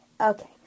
Okay